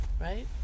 right